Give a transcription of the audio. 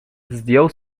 zdjął